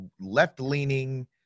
left-leaning